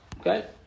Okay